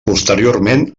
posteriorment